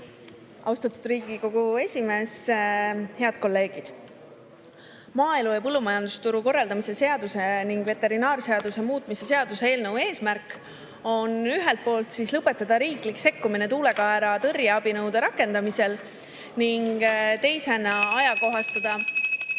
Austatud Riigikogu esimees! Head kolleegid. Maaelu ja põllumajandusturu korraldamise seaduse ning veterinaarseaduse muutmise seaduse eelnõu eesmärk on ühelt poolt lõpetada riiklik sekkumine tuulekaera tõrjeabinõude rakendamisel (Juhataja helistab